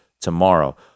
tomorrow